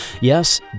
Yes